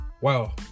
Wow